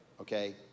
okay